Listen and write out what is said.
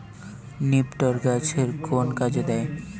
নিপটর গাছের কোন কাজে দেয়?